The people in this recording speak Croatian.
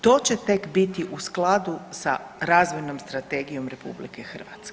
To će tek biti u skladu sa razvojnom strategijom RH.